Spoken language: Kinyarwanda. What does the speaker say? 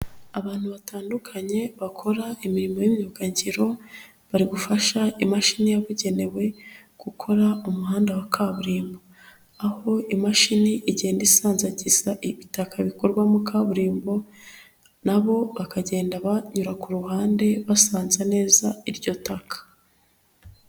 Abantu batandukanye bakora imirimo y'imyugangiro, bari gufasha imashini yabugenewe gukora umuhanda wa kaburimbo, aho imashini igenda isanzagiza ibitaka bikorwamo kaburimbo, nabo bakagenda banyura ku ruhande basanze neza iryo taka.